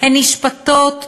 הן נשפטות כשנאנסת,